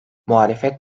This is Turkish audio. muhalefet